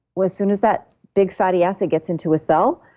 well as soon as that big fatty acid gets into a cell,